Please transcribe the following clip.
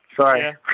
sorry